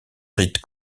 rite